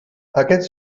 aquests